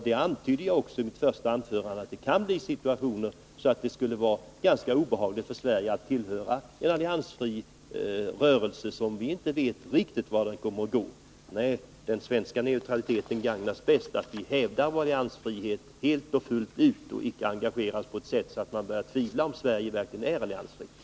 Jag antydde också i mitt första anförande att det kan uppstå situationer där vi inte Nr 40 riktigt vet hur den alliansfria rörelsen kommer att förhålla sig. Det skulle då vara ganska obehagligt för Sverige att tillhöra organisationen. Den svenska neutraliteten gagnas bäst av att vi hävdar vår alliansfrihet och icke engagerar oss på ett sådant sätt att man behöver tvivla på att Sverige verkligen är alliansfritt.